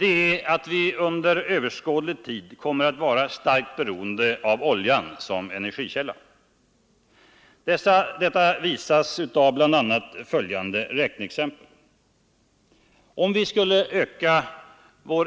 är att vi under överskådlig tid kommer att vara starkt beroende av oljan som energikälla. Detta visas av bl.a. följande räkneexempel.